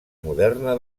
moderna